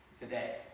today